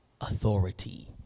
authority